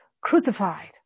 crucified